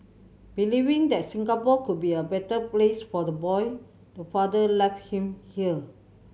believing that Singapore would be a better place for the boy the father left him here